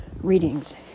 readings